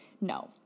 No